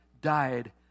died